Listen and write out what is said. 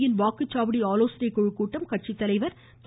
யின் வாக்குச்சாவடி ஆலோசனைக் குழுக்கூட்டம் கட்சித்தலைவர் திரு